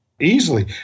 easily